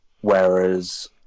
whereas